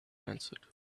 answered